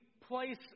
place